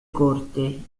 corte